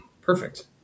perfect